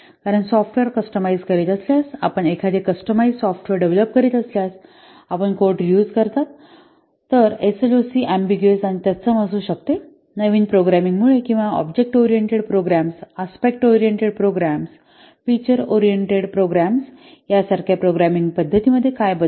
आपण software customize करीत असल्यास आपण एखादे कस्टमाइझ सॉफ्टवेअर डेव्हलप करीत असल्यास आणि आपण कोड रीयूज करत असाल तर एसएलओसी अम्बिग्युऊस आणि तत्सम असू शकते नवीन प्रोग्रामिंग मुळे किंवा object oriented programs aspect oriented programs feature orient programs यासारख्या प्रोग्रामिंग पद्धतीमध्ये काय बदल आहे